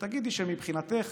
שתגידי שמבחינתך